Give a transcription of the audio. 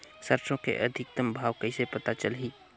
सरसो के अधिकतम भाव कइसे पता चलही?